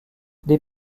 des